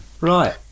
Right